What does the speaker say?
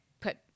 put